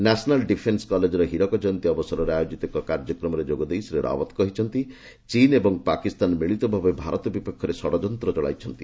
national Defence କଲେଜର ହୀରକ ଜୟନ୍ତୀ ଅବସରରେ ଆୟୋଜିତ ଏକ କାର୍ଯ୍ୟକ୍ରମରେ ଯୋଗଦେଇ ଶ୍ରୀ ରାଓ୍ୱତ କହିଛନ୍ତି ଚୀନ ଓ ପାକିସ୍ତାନ ମିଳିତଭାବେ ଭାରତ ବିପକ୍ଷରେ ଷଡଯନ୍ତ୍ର ଚଳାଇଛନ୍ତି